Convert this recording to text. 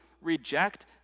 reject